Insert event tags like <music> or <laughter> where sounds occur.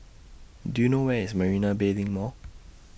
Do YOU know Where IS Marina Bay LINK Mall <noise>